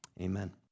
Amen